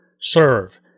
serve